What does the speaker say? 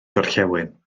gorllewin